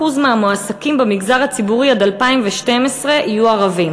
מהמועסקים במגזר הציבורי עד 2012 יהיו ערבים,